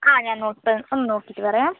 ആ ഞാൻ നോക്കാം ഒന്ന് നോക്കിയിട്ട് പറയാം